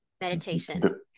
meditation